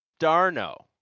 Darno